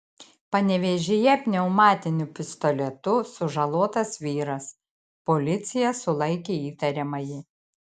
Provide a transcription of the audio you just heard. panevėžyje pneumatiniu pistoletu sužalotas vyras policija sulaikė įtariamąjį